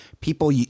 people